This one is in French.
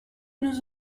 nous